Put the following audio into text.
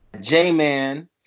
J-Man